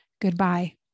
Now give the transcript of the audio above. goodbye